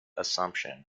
assumption